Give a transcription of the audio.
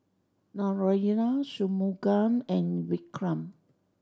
Naraina Shunmugam and Vikram